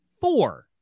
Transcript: four